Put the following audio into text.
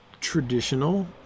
traditional